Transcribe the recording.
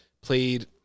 played